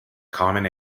common